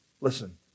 listen